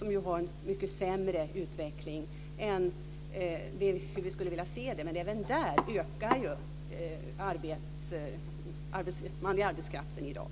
De har en mycket sämre utveckling än vi skulle vilja se. Men även där ökar antalet i arbetskraften i dag.